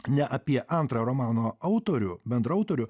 ne apie antrą romano autorių bendraautorių